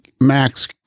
Max